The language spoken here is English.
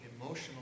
emotional